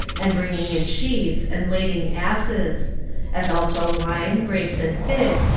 and bringing in sheaves, and lading asses as also wine, grapes, and figs,